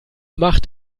macht